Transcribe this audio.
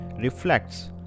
reflects